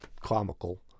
comical